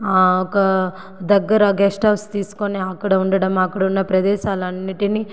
ఒక దగ్గర guest house తీసుకొని అక్కడ ఉండడం అక్కడ ఉన్న ప్రదేశాలన్నిటిని